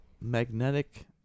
magnetic